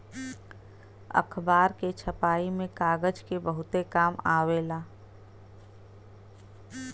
अखबार के छपाई में कागज के बहुते काम आवेला